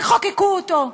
תחוקקו אותו,